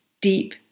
deep